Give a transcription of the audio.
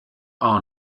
are